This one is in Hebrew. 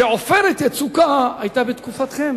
ש"עופרת יצוקה" היתה בתקופתכם